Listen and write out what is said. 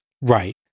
Right